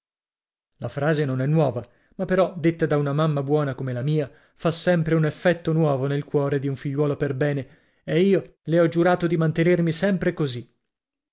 la frase non è nuova ma però detta da una mamma buona come la mia fa sempre un effetto nuovo nel cuore di un figliolo per bene e io le ho giurato di mantenermi sempre così